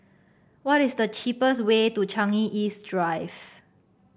what is the cheapest way to Changi East Drive